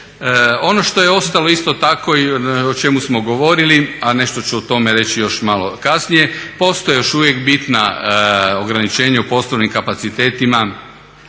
Ono što je ostalo isto tako i o čemu smo govorili a nešto ću o tome reći još malo kasnije, postoje još uvijek bitna ograničenja u poslovnim kapacitetima